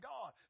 God